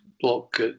block